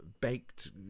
baked